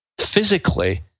physically